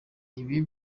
ibi